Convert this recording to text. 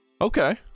Okay